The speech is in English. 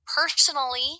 personally